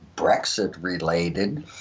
Brexit-related